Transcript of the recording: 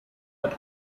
but